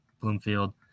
Bloomfield